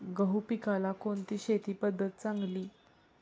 गहू पिकाला कोणती शेती पद्धत चांगली?